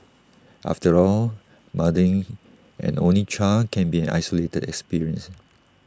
after all mothering an only child can be an isolating experience